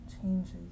changes